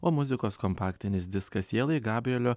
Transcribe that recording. o muzikos kompaktinis diskas sielai gabrielio